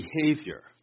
behavior